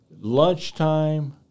Lunchtime